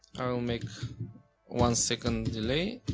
i'll make one second delay